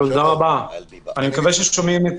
בקשה.